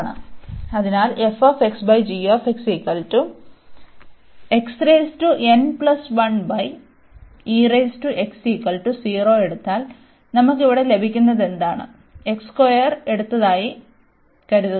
അതിനാൽ എടുത്താൽ നമുക്ക് ഇവിടെ ലഭിക്കുന്നതെന്താണ് എടുത്തതായി കരുതുക